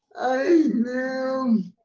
i know